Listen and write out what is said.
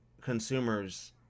consumers